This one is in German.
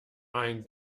ein